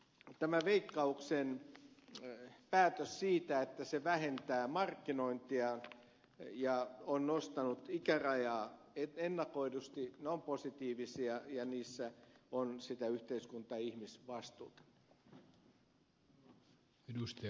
kuitenkin nämä veikkauksen päätökset siitä että se vähentää markkinointia ja on nostanut ikärajaa ennakoidusti ovat positiivisia asioita ja niissä on sitä yhteiskunta ihmisvastuuta